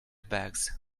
bags